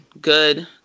good